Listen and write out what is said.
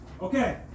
Okay